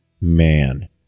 man